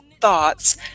thoughts